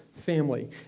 family